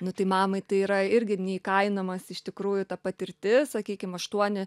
nu tai mamai tai yra irgi neįkainojamas iš tikrųjų ta patirtis sakykim aštuoni